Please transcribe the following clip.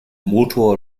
motor